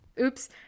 Oops